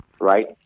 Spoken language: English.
right